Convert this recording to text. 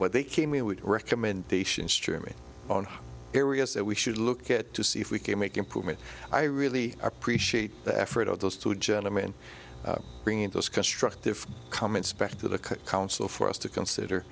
but they came in with recommendations trimming on areas that we should look at to see if we can make improvement i really appreciate the effort of those two gentlemen bringing those constructive comments back to the council for us to consider